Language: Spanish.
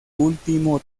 último